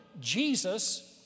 Jesus